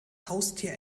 haustier